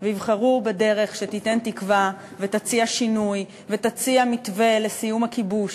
ויבחרו בדרך שתיתן תקווה ותציע שינוי ותציע מתווה לסיום הכיבוש